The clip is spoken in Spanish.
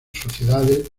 sociedades